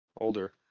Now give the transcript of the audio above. Older